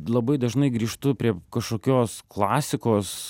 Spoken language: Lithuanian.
labai dažnai grįžtu prie kažkokios klasikos